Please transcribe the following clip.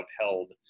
upheld